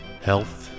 health